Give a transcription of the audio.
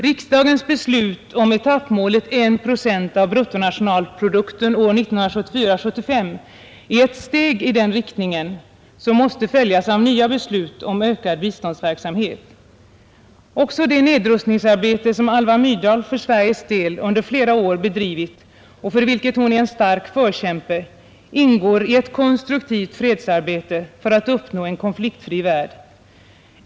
Riksdagens beslut om etappmålet 1 procent av bruttonationalprodukten år 1974/75 är ett steg i den riktningen, som måste följas av nya beslut om ökad biståndsverksamhet. Också det nedrustningsarbete, som Alva Myrdal för Sveriges del under flera år bedrivit och för vilket hon är en stark förkämpe, ingår i ett konstruktivt fredsarbete för att uppnå en konfliktfri värld.